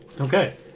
okay